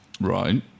Right